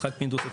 יצחק פינדרוס,